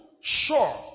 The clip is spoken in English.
sure